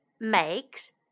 makes